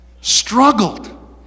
struggled